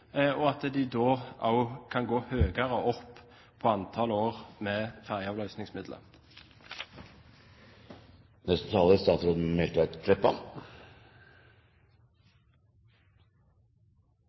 og at de også kan gå høyere opp på antall år med